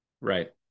Right